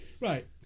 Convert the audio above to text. right